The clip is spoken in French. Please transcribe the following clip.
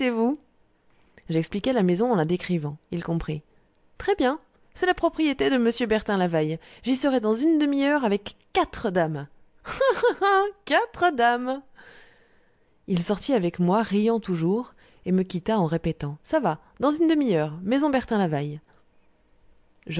j'expliquai la maison en la décrivant il comprit très bien c'est la propriété de m bertin lavaille j'y serai dans une demi-heure avec quatre dames ah ah ah quatre dames il sortit avec moi riant toujours et me quitta en répétant ça va dans une demi-heure maison bertin lavaille